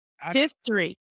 History